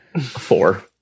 Four